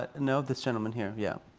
ah you know this gentleman here, yeah.